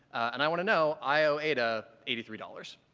and i want to know i owe ada eighty three dollars.